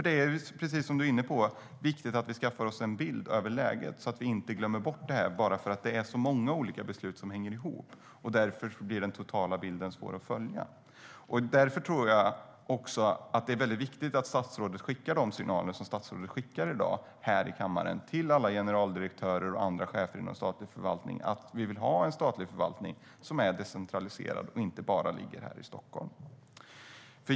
Det är precis som du var inne på viktigt att vi skaffar oss en bild av läget så att vi inte glömmer bort det bara för att det är så många olika beslut som hänger ihop och den totala bilden därför blir svår att följa. Det är väldigt viktigt att statsrådet skickar de signaler som statsrådet i dag skickar här i kammaren till alla generaldirektörer och andra chefer inom statlig förvaltning att vi vill ha en statlig förvaltning som är decentraliserad och inte bara ligger här i Stockholm.